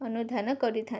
ଅନୁଧ୍ୟାନ କରିଥାନ୍ତି